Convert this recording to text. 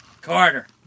Carter